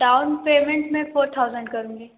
down payment मैं four thousand करूंगी